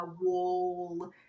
wall